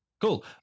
Cool